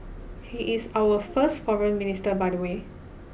he is our first Foreign Minister by the way